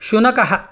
शुनकः